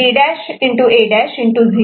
A'